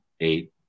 eight